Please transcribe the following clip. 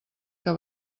que